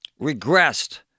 Regressed